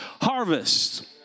harvest